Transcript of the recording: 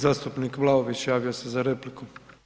Zastupnik Vlaović javio se za repliku.